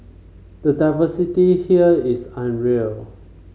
the diversity here is unreal